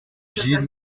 gilles